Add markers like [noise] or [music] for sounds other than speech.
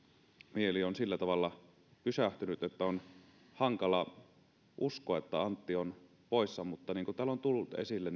mieli on sillä tavalla pysähtynyt että on hankala uskoa että antti on poissa mutta niin kuin täällä on tullut esille [unintelligible]